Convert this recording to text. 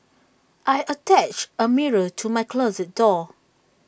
I attached A mirror to my closet door